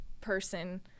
person